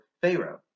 Pharaoh